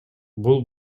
бул